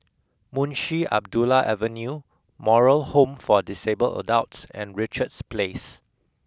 Munshi Abdullah Avenue Moral Home for Disabled Adults and Richards Place